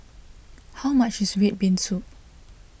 how much is Red Bean Soup